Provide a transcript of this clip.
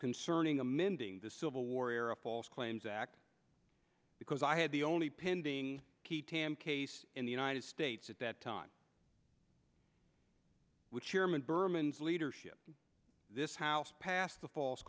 concerning amending the civil war era false claims act because i had the only pending case in the united states at that time which chairman berman's leadership in this house passed the false